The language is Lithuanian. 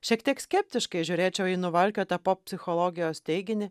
šiek tiek skeptiškai žiūrėčiau į nuvalkiotą pop psichologijos teiginį